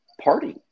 party